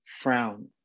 frown